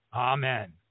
Amen